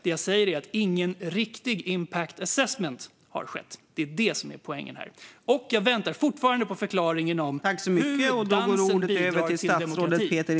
Det jag säger är att ingen riktig impact assessment har skett. Det är det som är poängen här. Och jag väntar fortfarande på förklaringen om hur dansen bidrar till demokrati.